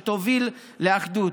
שתוביל לאחדות.